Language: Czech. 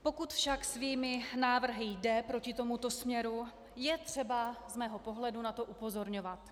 Pokud však svými návrhy jde proti tomuto směru, je třeba z mého pohledu na to upozorňovat.